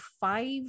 five